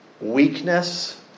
weakness